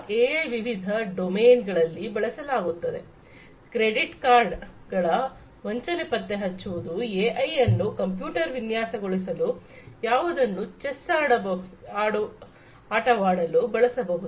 AI ವಿವಿಧ domain ಗಳಲ್ಲಿ ಬಳಸಲಾಗುತ್ತದೆ ಕ್ರೆಡಿಟ್ ಕಾರ್ಡ್ ಗಳ ವಂಚನೆ ಪತ್ತೆಹಚ್ಚುವುದು ಎಐ ಅನ್ನು ಕಂಪ್ಯೂಟರ್ ವಿನ್ಯಾಸಗೊಳಿಸಲು ಯಾವುದನ್ನು ಚೆಸ್ ಆಟವಾಡಲು ಬಳಸಬಹುದು